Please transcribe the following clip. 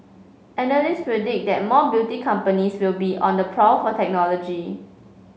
analysts predict that more beauty companies will be on the prowl for technology